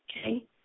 okay